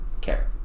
Care